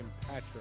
Patrick